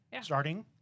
Starting